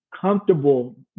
comfortable